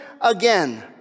again